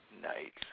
night